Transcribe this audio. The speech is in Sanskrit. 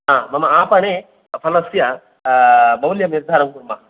हा मम आपणे फलस्य मौल्यं निर्धारं कुर्म